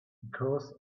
because